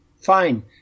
fine